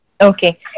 Okay